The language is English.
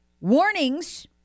Warnings